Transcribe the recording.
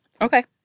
Okay